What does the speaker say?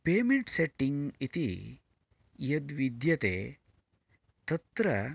payment setting इति यद्विद्यते तत्र